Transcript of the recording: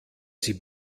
sie